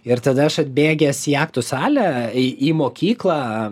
ir tada aš atbėgęs į aktų salę į į mokyklą